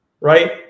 right